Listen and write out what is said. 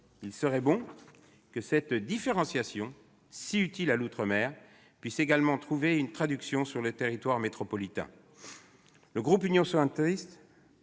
Il serait bon que cette différenciation, si utile à l'outre-mer, puisse également trouver une traduction sur le territoire métropolitain.